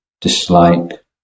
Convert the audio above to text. dislike